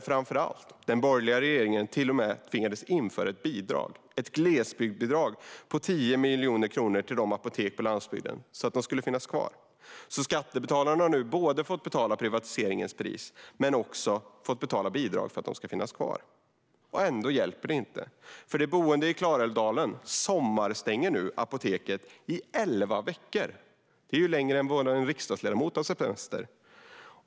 Framför allt tvingades den borgerliga regeringen införa ett glesbygdsbidrag på 10 miljoner kronor för att apoteken på landsbygden skulle finnas kvar. Skattebetalarna har alltså fått betala både privatiseringens pris och bidrag för att apoteken ska finnas kvar. Ändå hjälper det inte. För de boende i Klarälvdalen "sommarstänger" nu apoteket i elva veckor. Det är längre än riksdagsledamöternas semester.